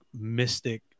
mystic